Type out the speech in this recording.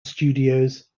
studios